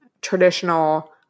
traditional